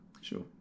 Sure